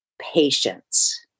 patience